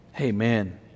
Amen